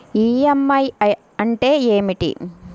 EMI అంటే ఏమిటి?